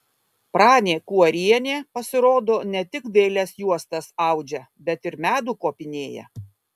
pranė kuorienė pasirodo ne tik dailias juostas audžia bet ir medų kopinėja